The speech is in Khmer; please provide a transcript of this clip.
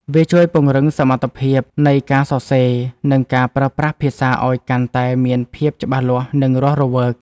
វាជួយពង្រឹងសមត្ថភាពនៃការសរសេរ និងការប្រើប្រាស់ភាសាឱ្យកាន់តែមានភាពច្បាស់លាស់ និងរស់រវើក។